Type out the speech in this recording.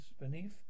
beneath